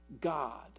God